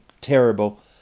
terrible